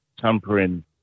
tampering